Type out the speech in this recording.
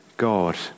God